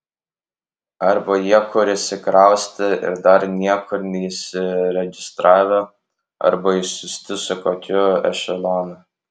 arba jie kur išsikraustę ir dar niekur neįsiregistravę arba išsiųsti su kokiu ešelonu